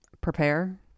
prepare